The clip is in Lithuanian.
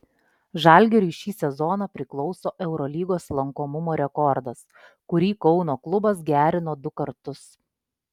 žalgiriui šį sezoną priklauso eurolygos lankomumo rekordas kurį kauno klubas gerino du kartus